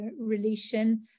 relation